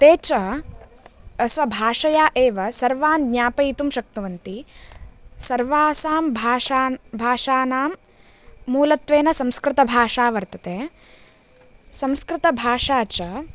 ते च स्वभाषया एव सर्वान् ज्ञापयितुं शक्नुवन्ति सर्वासां भाषान् भाषाणां मूलत्वेन संस्कृतभाषा वर्तते संस्कृतभाषा च